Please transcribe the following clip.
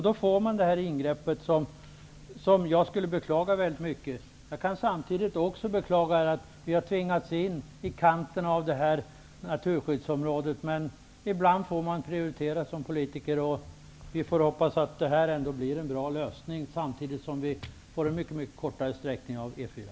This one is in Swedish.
Då får man ett ingrepp som jag skulle beklaga väldigt mycket. Jag kan samtidigt också beklaga att vi har tvingats in i kanten av naturskyddsområdet, men ibland får man prioritera som politiker. Vi får hoppas att det här ändå blir en bra lösning, samtidigt som vi får en mycket, mycket kortare sträckning av E 4.